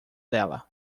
dela